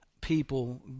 people